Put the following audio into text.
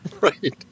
Right